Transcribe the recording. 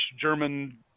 German